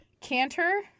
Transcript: Canter